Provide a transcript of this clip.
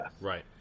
Right